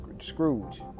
Scrooge